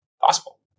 possible